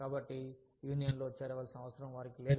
కాబట్టి యూనియన్లో చేరవలసిన అవసరం వారికి లేదు